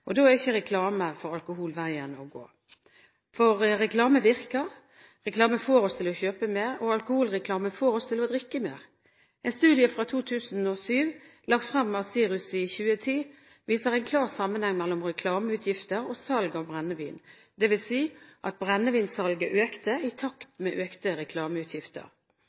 er ikke reklame for alkohol veien å gå. Reklame virker. Reklame får oss til å kjøpe mer, og alkoholreklame får oss til å drikke mer. En studie fra 2007, lagt fram av SIRUS i 2010, viser en klar sammenheng mellom reklameutgifter og salg av brennevin, dvs. at brennevinssalget økte i takt med økte reklameutgifter.